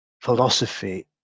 philosophy